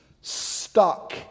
stuck